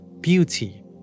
Beauty